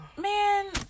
man